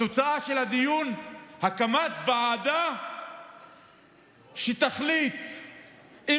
התוצאה של הדיון היא הקמת ועדה שתחליט אם